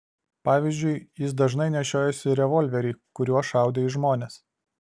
pavyzdžiui jis dažnai nešiojosi revolverį kuriuo šaudė į žmones